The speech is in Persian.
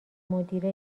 مدیره